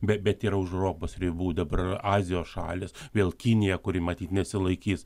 bet bet yra už europos ribų dabar azijos šalys vėl kinija kuri matyt nesilaikys